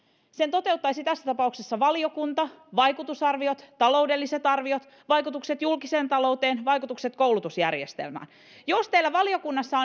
toteuttaisi tässä tapauksessa valiokunta vaikutusarviot taloudelliset arviot vaikutukset julkiseen talouteen vaikutukset koulutusjärjestelmään jos teillä valiokunnassa